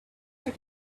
had